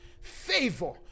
favor